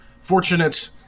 fortunate